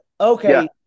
okay